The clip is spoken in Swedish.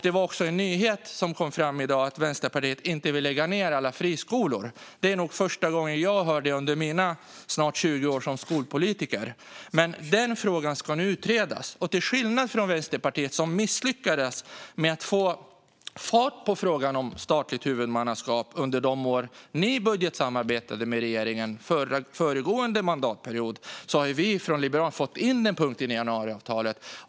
Det kom fram en nyhet i dag, nämligen att Vänsterpartiet inte vill lägga ned alla friskolor. Det är nog första gången jag hör det under mina snart 20 år som skolpolitiker. Frågan ska nu utredas. Till skillnad från Vänsterpartiet, som misslyckades med att få fart på frågan om statligt huvudmannaskap under de år de budgetsammarbetade med regeringen under föregående mandatperiod, har vi i Liberalerna fått in en punkt om det i januariavtalet.